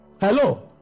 Hello